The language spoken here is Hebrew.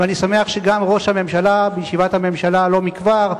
ואני שמח שגם ראש הממשלה בישיבת הממשלה לא מכבר,